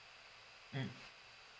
mm